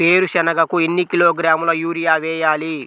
వేరుశనగకు ఎన్ని కిలోగ్రాముల యూరియా వేయాలి?